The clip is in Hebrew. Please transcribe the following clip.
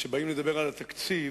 כשבאים לדבר על התקציב,